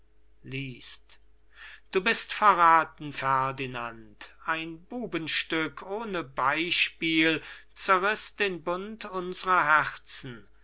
du bist verrathen ferdinand ein bubenstück ohne beispiel zerriß den bund unsrer herzen